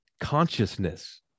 consciousness